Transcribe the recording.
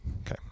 okay